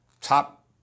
top